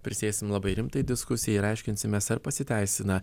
prisėsim labai rimtai diskusijai ir aiškinsimės ar pasiteisina